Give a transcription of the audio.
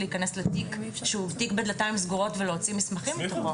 שהוא תיק בדלתיים סגורות ולהוציא מסמכים מתוכו.